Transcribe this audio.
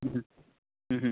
ह्म् ह्म् ह्म्